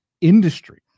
industry